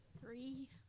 Three